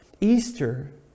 Easter